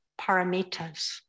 paramitas